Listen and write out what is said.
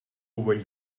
very